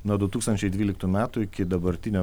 nuo du tūkstančiai dvyliktų metų iki dabartinio